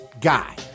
guy